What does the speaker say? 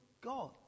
god